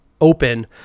open